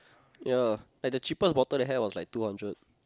ya like the cheapest they have is like two hundred